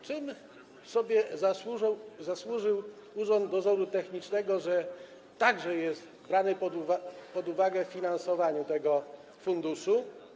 Czym sobie zasłużył Urząd Dozoru Technicznego, że także jest brany pod uwagę w finansowaniu tego funduszu?